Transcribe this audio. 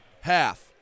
half